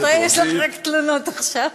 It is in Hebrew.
יש לך תלונות עכשיו.